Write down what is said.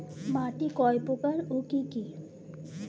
মাটি কয় প্রকার ও কি কি?